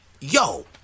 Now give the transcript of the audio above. yo